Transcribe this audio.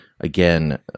again